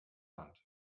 hand